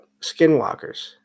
skinwalkers